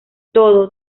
todo